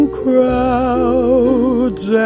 crowds